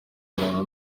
umuntu